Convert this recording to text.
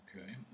Okay